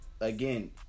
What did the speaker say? again